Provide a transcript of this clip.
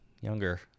younger